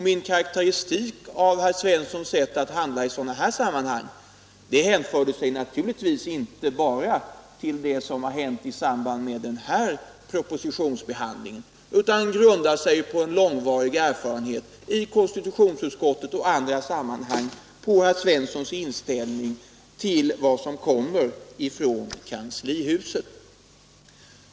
Min karakteristik av herr Svenssons sätt att handla i sådana här sammanhang hänförde sig naturligtvis inte bara till det som har hänt i samband med den här propositionsbehandlingen utan grundar sig på en långvarig erfarenhet i konstitutionsutskottet och i andra sammanhang av herr Svenssons inställning till vad som tidigare kom från kanslihuset.